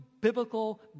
biblical